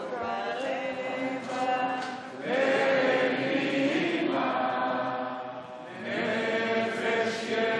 כבוד הנשיא! (חברי הכנסת מכבדים בקימה את צאת נשיא